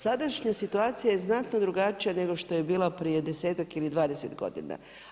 Sadašnja situacija je znatno drugačije nego što je bila prije desetak ili 20 godina.